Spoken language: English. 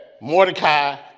Mordecai